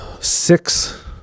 six